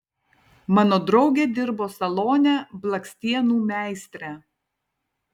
mano draugė dirbo salone blakstienų meistre